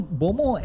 bomo